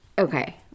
Okay